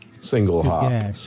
single-hop